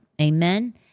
amen